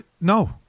No